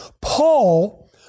Paul